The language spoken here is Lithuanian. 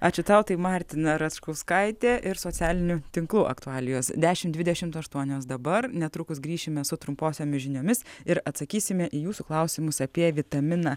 ačiū tau tai martina račkauskaitė ir socialinių tinklų aktualijos dešimt dvidešimt aštuonios dabar netrukus grįšime su trumposiomis žiniomis ir atsakysime į jūsų klausimus apie vitaminą